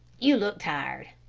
you look tired.